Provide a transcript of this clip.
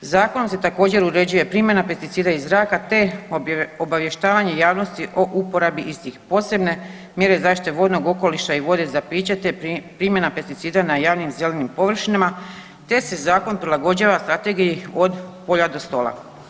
Zakonom se također uređuje primjena pesticida iz zraka te obavještavanje javnosti o uporabi istih, posebne mjere zaštite vodnog okoliša i vode za piće te primjena pesticida na javnim zelenim površinama te se zakon prilagođava Strategiji od polja do stola.